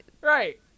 Right